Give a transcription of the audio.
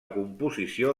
composició